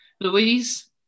Louise